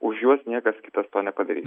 už juos niekas kitas to nepadarys